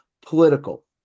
political